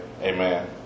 Amen